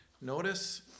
Notice